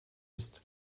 ist